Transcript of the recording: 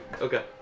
Okay